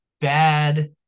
bad